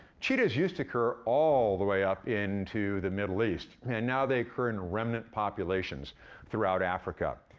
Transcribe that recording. cheetahs used to occur all the way up into the middle east, and now they occur in remnant populations throughout africa.